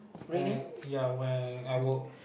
and ya when I work